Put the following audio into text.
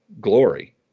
glory